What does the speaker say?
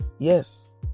Yes